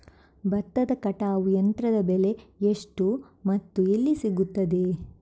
ಭತ್ತದ ಕಟಾವು ಯಂತ್ರದ ಬೆಲೆ ಎಷ್ಟು ಮತ್ತು ಎಲ್ಲಿ ಸಿಗುತ್ತದೆ?